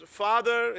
father